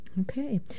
Okay